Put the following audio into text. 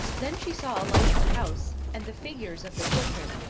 then she saw a light in the house, and the figures of the children,